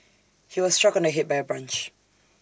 he was struck on the Head by A branch